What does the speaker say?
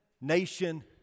nation